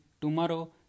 tomorrow